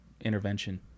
Intervention